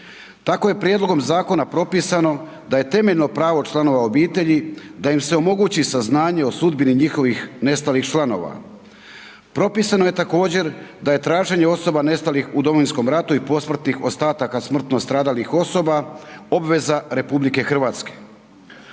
Tako je prijedlogom zakona propisano da je temeljno pravo članova obitelji da im se omogući saznanje o sudbini njihovih nestalih članova. Propisano je također da je traženje osoba nestalih u Domovinskom ratu i posmrtnih ostataka smrtno stradalih osoba obveza RH. Propisano